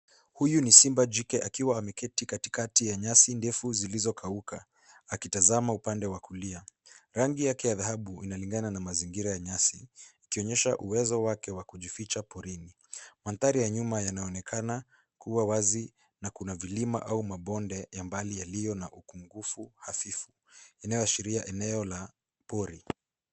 Huyu ni simba jike akiwa ameketi katikati ya nyasi ndefu zilizokauka, akitazama upande wa kulia. Rangi yake ya dhahabu inalingana na mazingira ya nyasi, ikionyesha uwezo wake wa kujificha porini. Mandhari ya nyuma yanaonekana kuwa wazi na kuna vilima au mabonde mbali yaliyo na ukungu hafifu, inayoashiria eneo la pori.